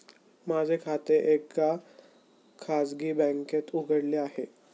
माझे खाते एका खाजगी बँकेत उघडले आहे